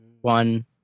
one